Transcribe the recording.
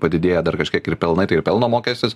padidėja dar kažkiek ir pelnai tai ir pelno mokestis